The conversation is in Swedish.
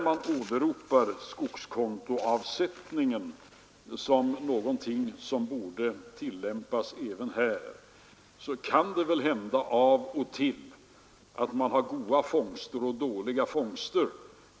Man åberopar skogskontoavsättningen som någonting som borde tillämpas även här. Det kan väl hända av och till att man har goda respektive dåliga fångster.